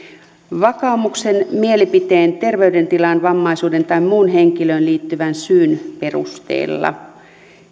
vakaumuksen mielipiteen terveydentilan vammaisuuden tai muun henkilöön liittyvän syyn perusteella